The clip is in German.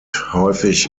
häufig